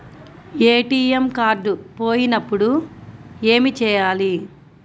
ATM card పోయినప్పుడు ఏమి చేయాలి?